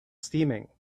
steaming